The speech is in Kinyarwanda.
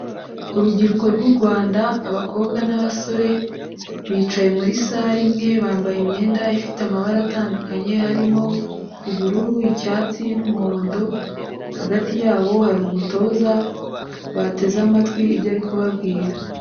Urubyiruko rw'u Rwanda abakobwa n'abasore bicaye muri sare imwe, bambaye imyenda ifite amabara atandukanye harimo ubururu, icyatsi n'umuhondo hagati yabo hari umutoza bateze amatwi ibyo ari kubabwira.